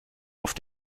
auf